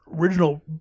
original